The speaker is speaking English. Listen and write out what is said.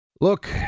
Look